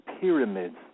pyramids